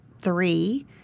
three